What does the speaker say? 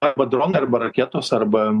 arba dronai arba raketos arba